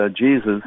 Jesus